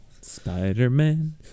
Spider-Man